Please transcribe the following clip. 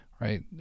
right